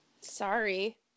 Sorry